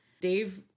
Dave